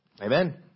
Amen